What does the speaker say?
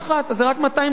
אז זה רק 250 נקודות,